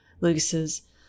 Lucas's